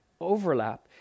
overlap